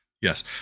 yes